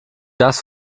das